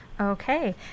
Okay